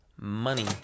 money